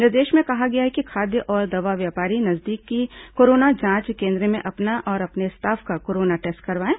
निर्देश में कहा गया है कि खाद्य और दवा व्यापारी नजदीकी कोरोना जांच केन्द्र में अपना और अपने स्टॉफ का कोरोना टेस्ट कराएं